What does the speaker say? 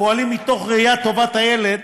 הפועלים מתוך ראיית טובת הילד,